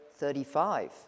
35